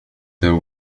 there